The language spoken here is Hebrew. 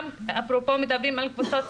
אפרופו מדברים על קבוצות סיכון,